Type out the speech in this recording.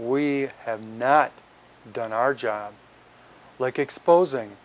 we have not done our job like exposing